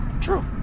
True